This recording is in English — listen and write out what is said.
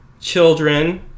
children